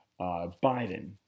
Biden